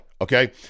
Okay